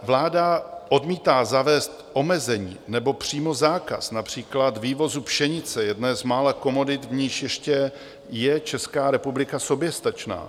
Vláda odmítá zavést omezení nebo přímo zákaz například vývozu pšenice, jedné z mála komodit, v níž ještě je Česká republika soběstačná.